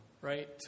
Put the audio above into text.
right